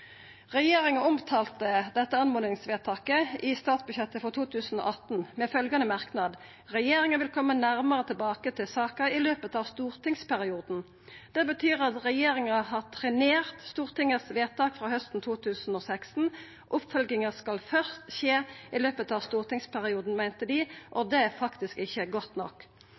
Regjeringa omtalte dette oppmodingsvedtaket i statsbudsjettet for 2018 med følgjande merknad: «Regjeringen vil komme nærmere tilbake til saken i løpet av stortingsperioden.» Det betyr at regjeringa har trenert Stortingets vedtak frå hausten 2016. Oppfølginga skal først skje i løpet av stortingsperioden, meinte dei – og det er faktisk ikkje godt nok.